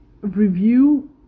review